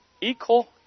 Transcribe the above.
equal